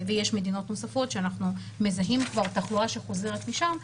ויש מדינות נוספות שאנחנו מזהים כבר תחלואה שחוזרת משם,